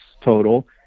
total